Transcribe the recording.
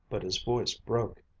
but his voice broke.